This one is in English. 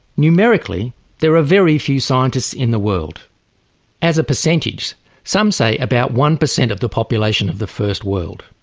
numerically there are very few scientist in the world as a percentage some say about one percent of the population of the first world.